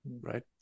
Right